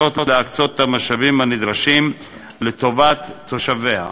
להקצות את המשאבים הנדרשים לטובת תושביהן.